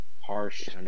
harsh